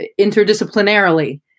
interdisciplinarily